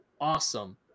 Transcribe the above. awesome